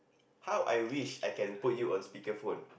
how I wish I can put you on speaker phone